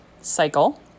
cycle